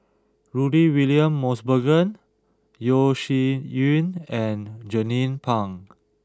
Rudy William Mosbergen Yeo Shih Yun and Jernnine Pang